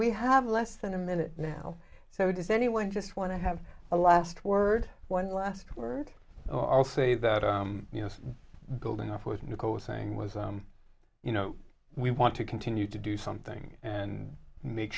we have less than a minute now so does anyone just want to have a last word one last word oh i'll say that you know building off with nicole saying was you know we want to continue to do something and make